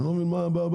אני לא מבין מה הבעיה,